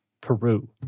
Peru